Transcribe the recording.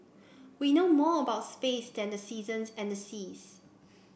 we know more about space than the seasons and the seas